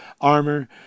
armor